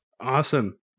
Awesome